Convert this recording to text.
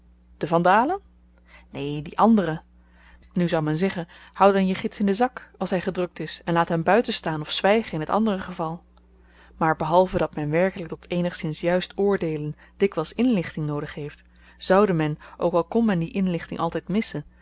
de vandalen neen die anderen nu zou men zeggen houd dan je gids in den zak als hy gedrukt is en laat hem buiten staan of zwygen in t andere geval maar behalve dat men werkelyk tot eenigszins juist oordeelen dikwyls inlichting noodig heeft zoude men ook al kon men die inlichting altyd missen